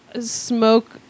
smoke